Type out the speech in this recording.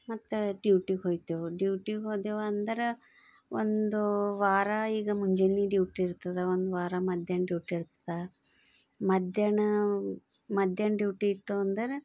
ಮತ್ತೆ ಡ್ಯುಟಿಗೆ ಹೋಗ್ತೇವೆ ಡ್ಯುಟಿಗೆ ಹೋದೆವು ಅಂದ್ರೆ ಒಂದು ವಾರ ಈಗ ಮುಂಜಾನೆ ಡ್ಯುಟಿ ಇರ್ತದ ಒಂದು ವಾರ ಮಧ್ಯಾಹ್ನ ಡ್ಯುಟಿ ಇರ್ತದ ಮಧ್ಯಾಹ್ನ ಮಧ್ಯಾಹ್ನ ಡ್ಯುಟಿ ಇತ್ತು ಅಂದರೆ